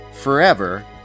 forever